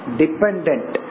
dependent